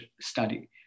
study